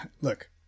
Look